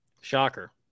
Shocker